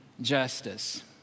justice